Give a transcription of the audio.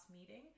meeting